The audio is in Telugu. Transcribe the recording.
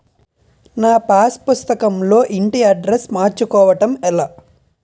నా పాస్ పుస్తకం లో ఇంటి అడ్రెస్స్ మార్చుకోవటం ఎలా?